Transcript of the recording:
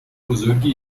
بزرگی